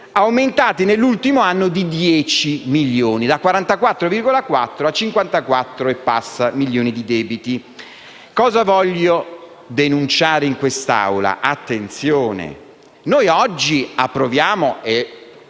aumentati nell'ultimo anno di 10 milioni: da 44,4 a oltre 54 milioni di euro di debiti. Cosa voglio denunciare in quest'Aula? Attenzione, noi oggi approviamo -